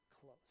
close